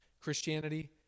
Christianity